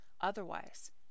Otherwise